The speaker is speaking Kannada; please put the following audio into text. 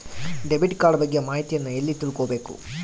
ಡೆಬಿಟ್ ಕಾರ್ಡ್ ಬಗ್ಗೆ ಮಾಹಿತಿಯನ್ನ ಎಲ್ಲಿ ತಿಳ್ಕೊಬೇಕು?